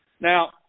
Now